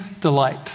delight